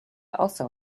also